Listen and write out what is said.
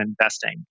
investing